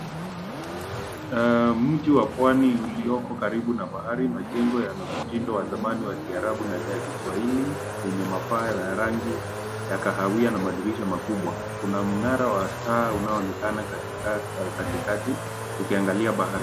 Mji wa pwani ulioko karibu na bahari majengo yana mtindo wa zamani wa Kiarabu na ya Kiswahili zenye mapaa ya rangi ya kahawia na madirisha makubwa. Kuna mnara wa taa unaoonekana katikati ukiangalia bahari.